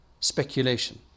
speculation